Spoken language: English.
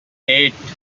eight